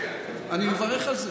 אני מברך על זה.